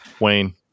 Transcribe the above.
Wayne